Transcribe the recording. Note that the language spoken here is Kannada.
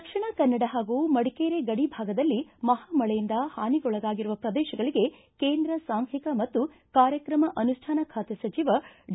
ದಕ್ಷಿಣ ಕನ್ನಡ ಹಾಗೂ ಮಡಿಕೇರಿ ಗಡಿ ಭಾಗದಲ್ಲಿ ಮಹಾ ಮಳೆಯಿಂದ ಹಾನಿಗೊಳಗಾಗಿರುವ ಪ್ರದೇಶಗಳಗೆ ಕೇಂದ್ರ ಸಾಂಖ್ಟಿಕ ಮತ್ತು ಕಾರ್ಯಕ್ರಮ ಅನುಷ್ಠಾನ ಖಾತೆ ಸಚಿವ ಡಿ